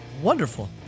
wonderful